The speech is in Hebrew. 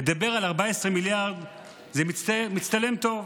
לדבר על 14 מיליארד זה מצטלם טוב.